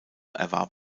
erwarb